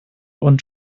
und